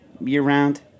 Year-round